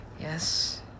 Yes